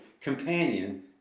companion